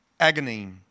agony